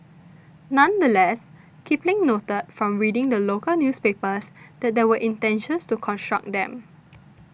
nonetheless Kipling noted from reading the local newspapers that there were intentions to construct them